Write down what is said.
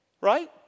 right